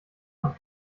man